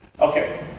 Okay